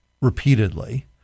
repeatedly